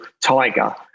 tiger